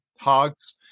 hogs